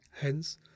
Hence